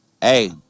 Hey